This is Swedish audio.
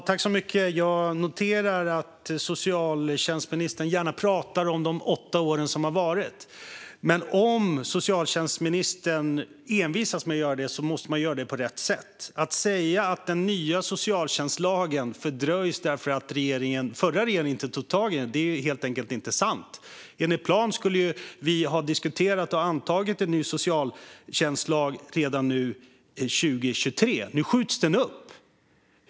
Herr talman! Jag noterar att socialtjänstministern gärna pratar om de åtta år som har varit. Men om socialtjänstministern envisas med detta måste det göras på rätt sätt. Att säga att den nya socialtjänstlagen fördröjs därför att den förra regeringen inte tog tag i lagfrågan är helt enkelt inte sant. Enligt plan skulle vi ha diskuterat och antagit en ny socialtjänstlag redan 2023. Nu skjuts den upp.